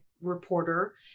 reporter